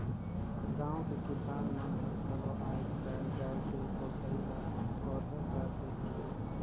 गाँव के किसान मन हर घलो आयज कायल गाय के पोसई ल थोरहें कर देहिनहे